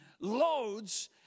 loads